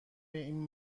این